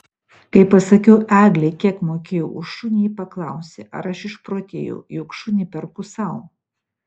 kai pasakiau eglei kiek mokėjau už šunį ji paklausė ar aš išprotėjau juk šunį perku sau